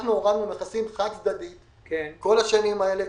אנחנו הורדנו מכסים חד-צדדית במשך כל השנים האלה,